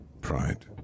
Pride